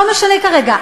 לא משנה כרגע,